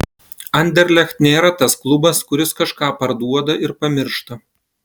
anderlecht nėra tas klubas kuris kažką parduoda ir pamiršta